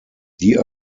die